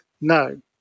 no